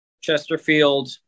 Chesterfield